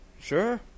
Sure